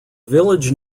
village